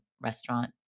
restaurant